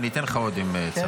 אני אתן לך עוד אם צריך.